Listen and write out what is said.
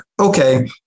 okay